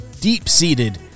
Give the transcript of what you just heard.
deep-seated